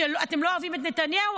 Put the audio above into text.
שאתם לא אוהבים את נתניהו?